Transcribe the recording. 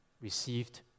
received